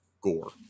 gore